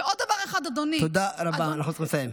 ועוד דבר אחד, אדוני, תודה רבה, צריך לסיים.